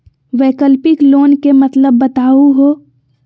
वैकल्पिक लोन के मतलब बताहु हो?